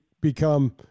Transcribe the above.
become